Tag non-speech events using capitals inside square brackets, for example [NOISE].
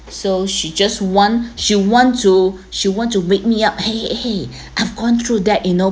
so she just want she want to she want to wake me up !hey! !hey! !hey! [BREATH] I have gone through that you know